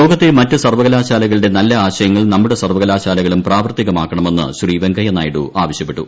ലോകത്തെ മറ്റ് സർവ്വകലാൽാ്ലകളുടെ നല്ല ആശയങ്ങൾ നമ്മുടെ സർവ്വകലാശാലകളും പ്രാവർത്തികമാക്കണമെന്ന് ശ്രീ ്വെങ്കിയ്യനായിഡു ആവശ്യപ്പെട്ടു